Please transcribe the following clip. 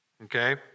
Okay